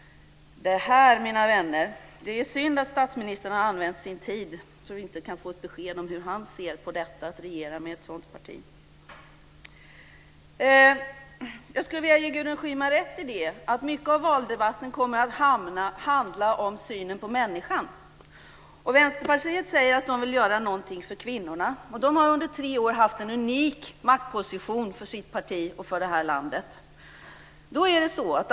Det är, mina vänner, synd att statsministern har använt sin tid så att vi inte kan få ett besked om hur han ser på att regera med ett sådant parti. Jag skulle vilja ge Gudrun Schyman rätt i att mycket av valdebatten kommer att handla om synen på synen på människan. Vänsterpartiet säger att de vill göra något för kvinnorna. De har under tre år haft en unik maktposition för sitt parti i det här landet.